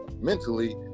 mentally